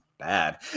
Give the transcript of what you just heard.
Bad